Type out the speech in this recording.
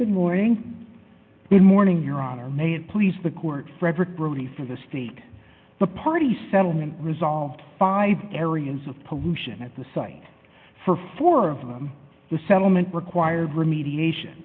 good morning good morning your honor may it please the court frederick really for the state the party settlement resolved five areas of pollution at the site for four of them the settlement required remediation